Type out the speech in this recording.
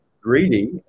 greedy